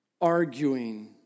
arguing